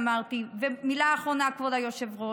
מילה אחרונה, כבוד היושב-ראש.